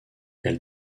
elle